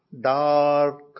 dark